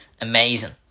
amazing